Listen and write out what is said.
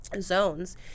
zones